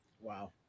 Wow